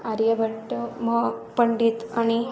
आर्यभट्ट म पंडित आणि